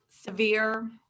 severe